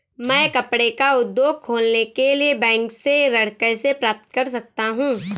मैं कपड़े का उद्योग खोलने के लिए बैंक से ऋण कैसे प्राप्त कर सकता हूँ?